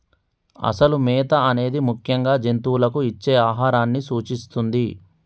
అసలు మేత అనేది ముఖ్యంగా జంతువులకు ఇచ్చే ఆహారాన్ని సూచిస్తుంది